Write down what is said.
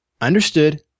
understood